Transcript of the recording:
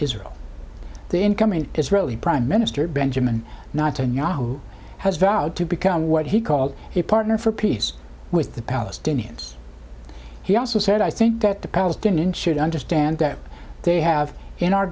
israel the incoming israeli prime minister benjamin netanyahu has vowed to become what he called a partner for peace with the palestinians he also said i think that the palestinian should understand that they have in our